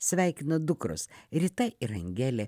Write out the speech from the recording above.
sveikina dukros rita ir angelė